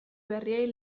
berriei